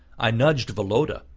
i nudged woloda,